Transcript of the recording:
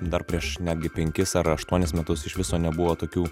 dar prieš netgi penkis ar aštuonis metus iš viso nebuvo tokių